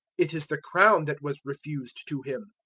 it is the crown that was refused to him.